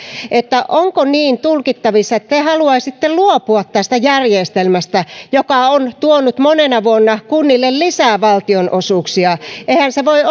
onko niin tulkittavissa että te haluaisitte luopua tästä järjestelmästä joka on tuonut monena vuonna kunnille lisää valtionosuuksia eihän se voi